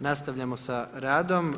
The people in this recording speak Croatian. Nastavljamo sa radom.